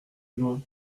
benoît